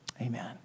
Amen